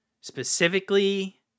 specifically